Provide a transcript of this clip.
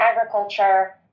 agriculture